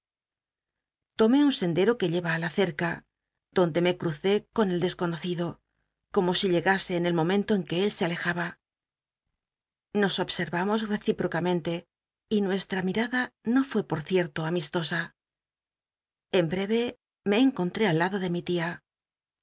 l'omé un sendero que llem í la cet ca donde me cruzé con el desconocido como si lle ase en el momento en que él se alejaba nos obsetvamos re biblioteca nacional de españa david copperfield cípocamentc y nuestl'a miada no fué poi ciel'lo am istos o bn bcrc me encontré al lado de mi tia